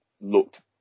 looked